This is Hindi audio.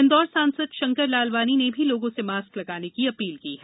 इंदौर सांसद शंकर लालवानी ने भी लोगों से मास्क लगाने की अपील की है